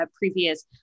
previous